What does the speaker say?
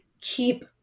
keep